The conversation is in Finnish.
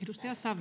arvoisa